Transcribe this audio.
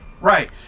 right